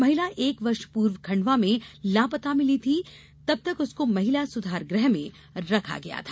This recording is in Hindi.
महिला एक वर्ष पूर्व खंडवा में लापता मिली थी तक उसको महिला सुधारग्रह में रखा गया था